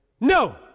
No